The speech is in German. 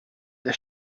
der